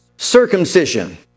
circumcision